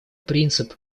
принцип